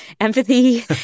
Empathy